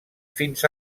fins